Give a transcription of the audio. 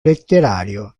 letterario